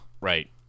Right